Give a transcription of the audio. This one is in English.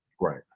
Right